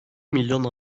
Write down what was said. milyon